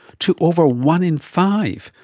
to over one in five,